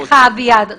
סליחה, אביעד.